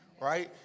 Right